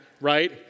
right